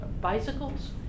bicycles